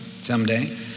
someday